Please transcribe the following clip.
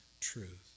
truth